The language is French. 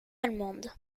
allemande